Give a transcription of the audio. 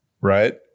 right